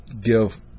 give